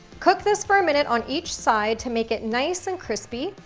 cook this for a minute on each side to make it nice and crispy,